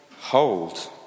hold